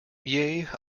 yea